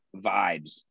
vibes